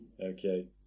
okay